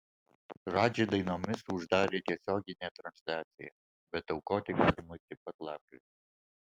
radži dainomis uždarė tiesioginę transliaciją bet aukoti galima iki pat lapkričio